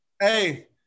Hey